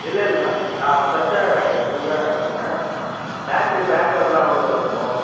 இல்லை இல்லைண்ணா நான் ப்ரெஷாகவே வாங்கிக்கிறேன் புதுசாகவே வாங்கிக்கிறேன் பேட்டரி பேக்கபெலாம் எவ்வளோ இருக்கும்